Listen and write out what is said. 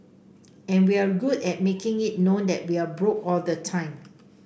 and we're good at making it known that we are broke all the time